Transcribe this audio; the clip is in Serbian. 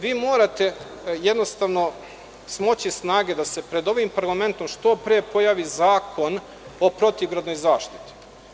Vi morate smoći snage da se pred ovim parlamentom što pre pojavi Zakon o protivgradnoj zaštiti.